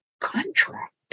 contract